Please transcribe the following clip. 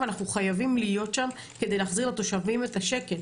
ואנחנו חייבים להיות שם כדי להחזיר לתושבים את השקט.